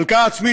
הלקאה עצמית,